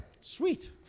sweet